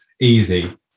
Easy